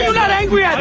not angry at